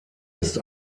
ist